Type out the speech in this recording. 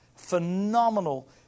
phenomenal